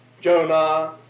Jonah